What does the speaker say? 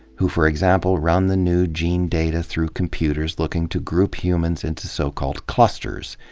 who, for example, run the new gene data through computers looking to group humans into so-called clusters.